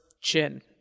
chin